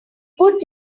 put